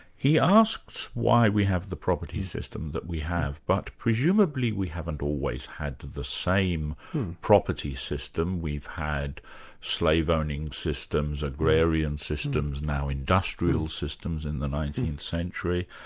he asks why we have the property system that we have, but presumably we haven't always had the same property system, we've had slave-owning systems, agrarian systems, now industrial systems in the nineteenth century.